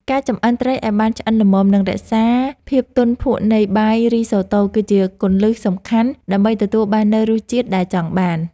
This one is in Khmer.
ការចម្អិនត្រីឱ្យបានឆ្អិនល្មមនិងរក្សាភាពទន់ភក់នៃបាយរីសូតូគឺជាគន្លឹះសំខាន់ដើម្បីទទួលបាននូវរសជាតិដែលចង់បាន។